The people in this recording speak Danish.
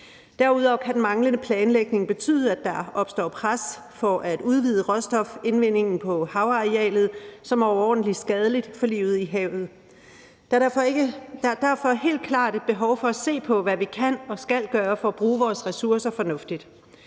Derudover kan den manglende planlægning betyde, at der opstår pres for at udvide råstofindvindingen på havarealet, hvilket er overordentlig skadeligt for livet i havet. Der er derfor helt klart et behov for at se på, hvad vi kan og skal gøre for at bruge vores ressourcer fornuftigt.